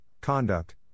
conduct